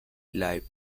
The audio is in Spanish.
live